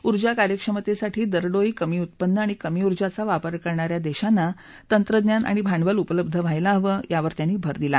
ऊर्जा कार्यक्षमतस्तीठी दरडोई कमी उत्पन्न आणि कमी ऊर्जांचा वापर करणा या दश्चीना तत्रंज्ञान आणि भांडवल उपलब्ध व्हायला हवं यावर त्यांनी भर दिला